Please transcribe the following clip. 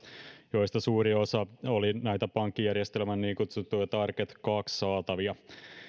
joista suuri osa oli näitä pankkijärjestelmän niin kutsuttuja target kaksi saatavia